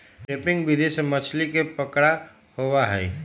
trapping विधि से मछली के पकड़ा होबा हई